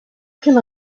can